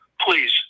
please